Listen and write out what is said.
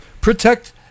protect